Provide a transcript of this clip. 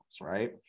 Right